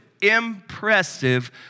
impressive